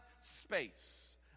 space